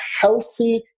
healthy